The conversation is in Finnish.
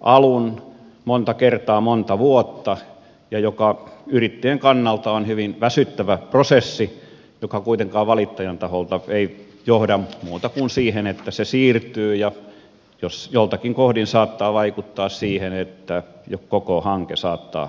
alkua monta kertaa monta vuotta ja jotka yrittäjän kannalta ovat hyvin väsyttäviä prosesseja jotka kuitenkaan valittajan kannalta eivät johda muuhun kuin siihen että hanke siirtyy joskin joltakin kohdin saattavat vaikuttaa siihen että koko hanke saattaa kaatua